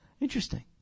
Interesting